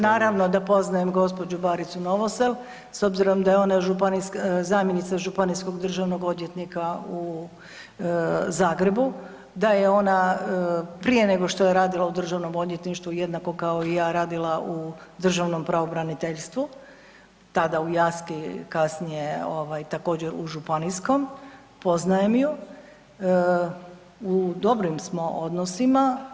Naravno da poznajem gđu. Baricu Novosel s obzirom da je ona zamjenica Županijskog državnog odvjetnika u Zagrebu, da je ona prije nego što je radila u državnom odvjetništvu, jednako kao i ja radila u državnom pravobraniteljstvu, tada u Jaski, kasnije ovaj također u županijskom, poznajem ju, u dobrim smo odnosima.